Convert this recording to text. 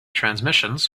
transmissions